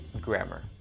grammar